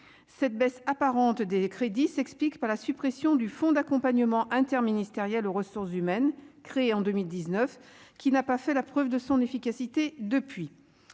cette baisse apparente des crédits s'explique par la suppression du fonds d'accompagnement interministériel aux ressources humaines, créé en 2019, qui n'a pas fait la preuve de son efficacité depuis